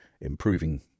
improving